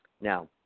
Now